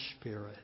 spirit